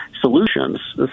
solutions